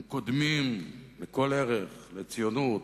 הם קודמים לכל ערך: לציונות,